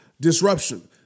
disruption